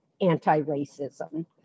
anti-racism